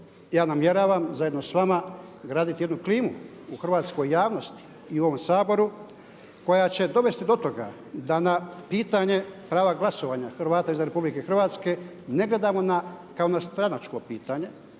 ja namjeravam zajedno s vama graditi jednu klimu u hrvatskoj javnosti i u ovom Saboru koja će dovesti do toga da na pitanje prava glasovanja Hrvata izvan RH ne gledamo kako na stranačko pitanje,